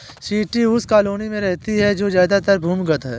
चींटी उस कॉलोनी में रहती है जो ज्यादातर भूमिगत है